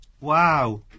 Wow